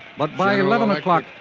but by eleven o'clock,